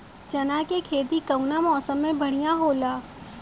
चना के खेती कउना मौसम मे बढ़ियां होला?